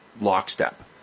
lockstep